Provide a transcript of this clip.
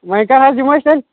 وۄنۍ کَر حظ یِمو أسۍ تیٚلہِ